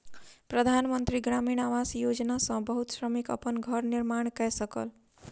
प्रधान मंत्री ग्रामीण आवास योजना सॅ बहुत श्रमिक अपन घर निर्माण कय सकल